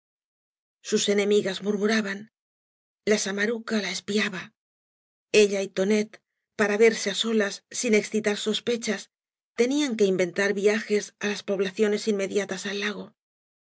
sjs enemigas murmuraban la samaruca la espiaba ella y tonet para verse á solas sin excitar sospechas tenían que inventar viajes á las poblaciones inmediatas al lago